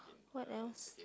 what else